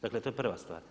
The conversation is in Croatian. Dakle, to je prva stvar.